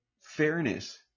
fairness